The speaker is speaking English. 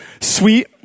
sweet